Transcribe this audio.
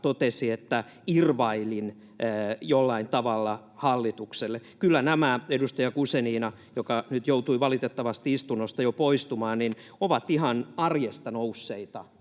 totesi, että irvailin jollain tavalla hallitukselle. Kyllä nämä, edustaja Guzenina — joka nyt joutui valitettavasti istunnosta jo poistumaan — ovat ihan arjesta nousseita